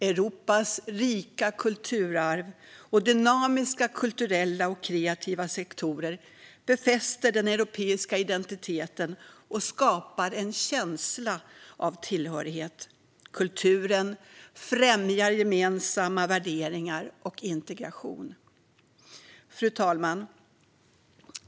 Europas rika kulturarv och dynamiska kulturella och kreativa sektorer befäster den europeiska identiteten och skapar en känsla av tillhörighet. Kulturen främjar gemensamma värderingar och integration. Fru talman!